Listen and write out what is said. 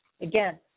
again